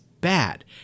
bad